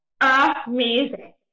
Amazing